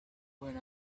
when